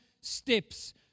steps